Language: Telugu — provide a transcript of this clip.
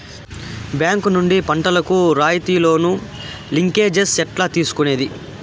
బ్యాంకు నుండి పంటలు కు రాయితీ లోను, లింకేజస్ ఎట్లా తీసుకొనేది?